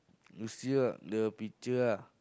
you see ah the picture ah